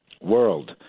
world